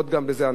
תודה.